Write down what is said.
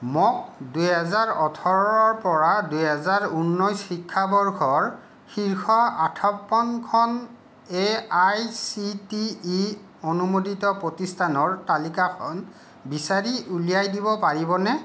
মোক দুহেজাৰ ওঠৰৰ পৰা দুহেজাৰ ঊনৈছ শিক্ষাবৰ্ষৰ শীৰ্ষ আঠাৱন্নখন A I C T E অনুমোদিত প্ৰতিষ্ঠানৰ তালিকাখন বিচাৰি উলিয়াই দিব পাৰিবনে